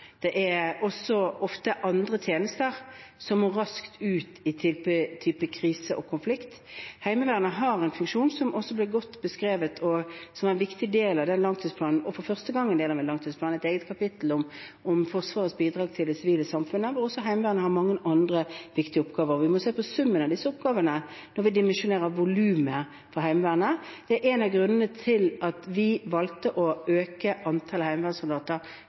Det er også ofte andre tjenester som må raskt ut i en type krise og konflikt. Heimevernet har en funksjon, som også ble godt beskrevet, og som er en viktig del av langtidsplanen, og for første gang har langtidsplanen et eget kapittel om Forsvarets bidrag til det sivile samfunnet, hvor også Heimevernet har mange andre viktig oppgaver. Vi må se på summen av disse oppgavene når vi dimensjonerer volumet for Heimevernet. Det er en av grunnene til at vi valgte å øke antallet heimevernssoldater